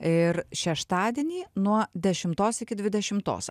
ir šeštadienį nuo dešimtos iki dvidešimtos